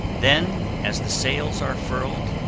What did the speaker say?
then, as the sails are furled,